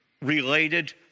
related